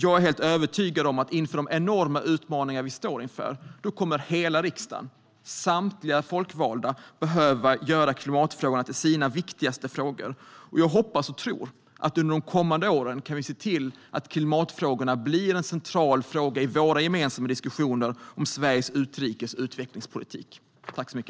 Jag är helt övertygad om att med de enorma utmaningar vi står inför kommer hela riksdagen, samtliga folkvalda, att behöva göra klimatfrågorna till sina viktigaste frågor. Jag hoppas och tror att vi under de kommande åren kan se till att klimatfrågorna blir centrala i våra gemensamma diskussioner om Sveriges utrikes och utvecklingspolitik.